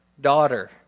daughter